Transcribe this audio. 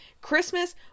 Christmas